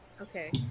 Okay